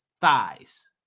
thighs